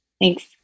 Thanks